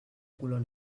color